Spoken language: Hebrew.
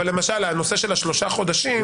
אבל בנושא של השלושה חודשים,